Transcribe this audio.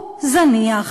הוא זניח,